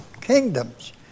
kingdoms